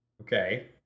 Okay